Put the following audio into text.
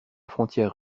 frontière